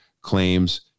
claims